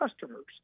customers